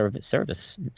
service